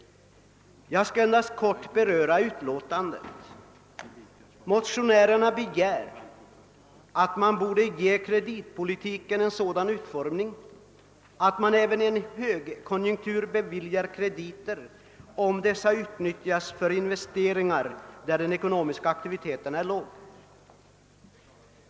Jag skall här helt kort beröra det utlåtandet. Motionärerna begär att kreditpolitiken ges sådan utformning att man även i en högkonjunktur beviljar krediter, om dessa utnyttjas för investeringar på orter där den ekonomiska aktiviteten är låg.